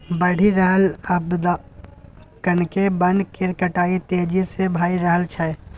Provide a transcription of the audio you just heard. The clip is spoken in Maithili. बढ़ि रहल अबादी कारणेँ बन केर कटाई तेजी से भए रहल छै